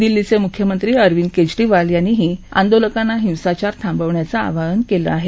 दिल्लीचे म्ख्यमंत्री अरविंद केजरीवाल यांनीही आंदोलकांना हिंसाचार थांबवण्याचं आवाहन केलं आहे